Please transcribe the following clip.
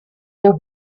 der